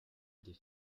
des